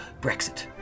Brexit